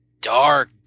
dark